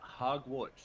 Hogwarts